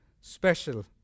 special